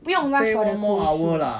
不用 rush for the kusu